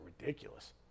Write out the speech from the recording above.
ridiculous